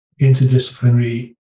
interdisciplinary